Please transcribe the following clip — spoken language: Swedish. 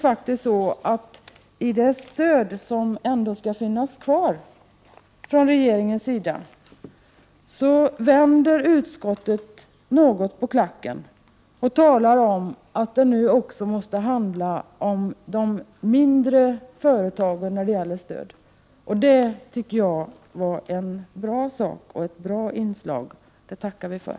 Utskottet vänder nämligen på klacken och talar om att det stöd som regeringen föreslår skall ges, nu också måste avse de mindre företagen. Det tycker jag var bra, och det tackar vi för.